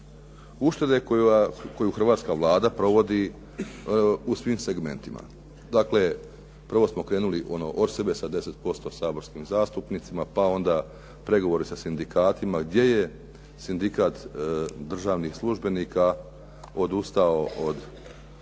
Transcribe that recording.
Uštede koju hrvatska Vlada provodi u svim segmentima. Dakle, prvo smo krenuli ono od sebe sa 10% saborskim zastupnicima, pa onda pregovori sa sindikatima gdje je sindikat državnih službenika odustao od daljnjih